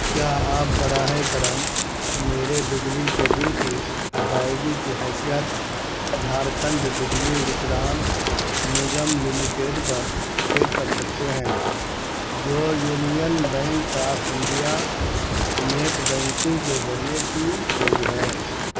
کیا آپ براہ کرم میرے بجلی کے بل کی ادائیگی کی حیثیت جھارکھنڈ بجلی وترن نگم لمیٹڈ پر چیک کر سکتے ہیں جو Union Bank of India net banking کے ذریعے کی گئی ہے